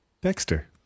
Dexter